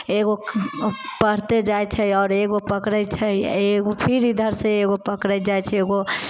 एगो बढ़ते जाइ छै आओर एगो पकड़ै छै एगो फिर इधरसँ एगो पकड़ै छै जाइ छै